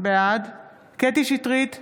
בעד קטי קטרין שטרית,